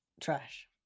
trash